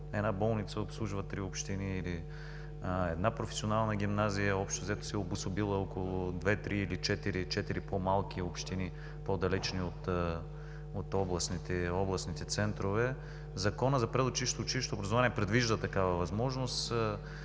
една болница обслужва три общини или една професионална гимназия се е обособила около две-три или четири по-малки общини, по-далечни от областните центрове. Законът за предучилищното и училищното образование предвижда такава възможност